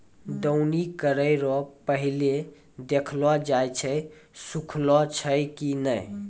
दौनी करै रो पहिले देखलो जाय छै सुखलो छै की नै